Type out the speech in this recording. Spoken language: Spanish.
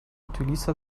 utiliza